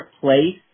place